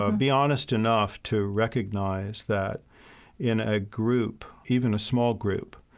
ah be honest enough to recognize that in a group, even a small group,